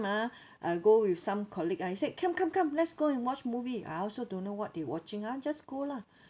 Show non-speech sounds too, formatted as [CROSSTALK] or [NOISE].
ah I go with some colleague ah he said come come come let's go and watch movie I also don't know what they watching ah just go lah [BREATH]